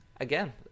Again